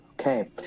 Okay